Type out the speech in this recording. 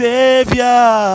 Savior